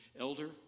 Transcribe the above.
elder